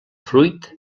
fruit